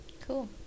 Cool